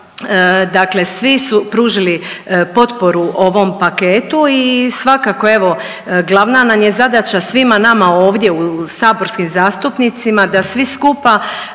dakle svi su pružili potporu ovom paketu i svakako evo glavna nam je zadaća svima nama ovdje saborskim zastupnicima da svi skupa